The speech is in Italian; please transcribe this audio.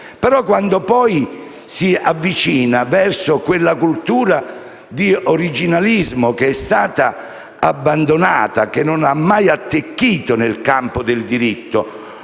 però, poi si avvicina alla cultura dell'originalismo, che è stata abbandonata e non ha mai attecchito nel campo del diritto.